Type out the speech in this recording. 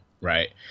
right